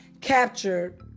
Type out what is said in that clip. captured